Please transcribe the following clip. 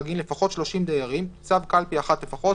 הרגיל לפחות שלושים דיירים תוצב קלפי אחת לפחות,